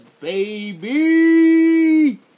baby